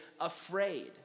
afraid